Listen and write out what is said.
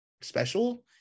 special